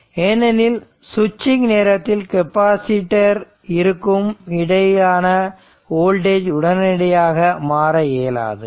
ஏனெனில் சுவிட்சிங் நேரத்தில் கெபாசிட்டர் இருக்கும் இடையேயான வோல்டேஜ் உடனடியாக மாற இயலாது